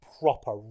proper